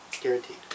Guaranteed